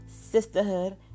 sisterhood